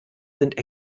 sind